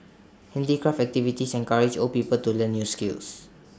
handicraft activities encourage old people to learn new skills